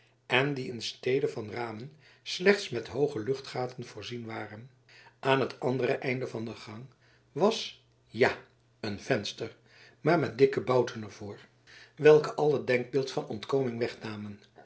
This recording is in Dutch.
en die in stede van ramen slechts met hooge luchtgaten voorzien waren aan het andere einde van de gang was ja een venster maar met dikke bouten er voor welke alle denkbeeld van ontkoming wegnamen